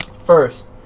First